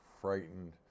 frightened